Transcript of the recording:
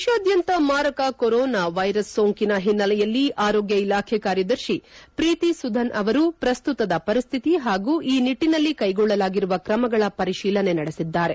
ದೇಶಾದ್ಯಂತ ಮಾರಕ corona virus ಸೋಂಕಿನ ಹಿನೈಲೆಯಲ್ಲಿ ಆರೋಗ್ಯ ಇಲಾಖೆ ಕಾರ್ಯದರ್ಶಿ ಪ್ರೀತಿ ಸುಧನ್ ಅವರು ಪ್ರಸ್ತುತದ ಪರಿಸ್ಥಿತಿ ಹಾಗೂ ಈ ನಿಟ್ಟನಲ್ಲಿ ಕೈಗೊಳ್ಳಲಾಗಿರುವ ಕ್ರಮಗಳ ಪರಿಶೀಲನೆ ನಡೆಸಿದ್ದಾರೆ